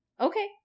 Okay